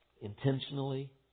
Intentionally